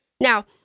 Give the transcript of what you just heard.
Now